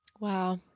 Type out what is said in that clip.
Wow